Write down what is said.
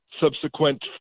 subsequent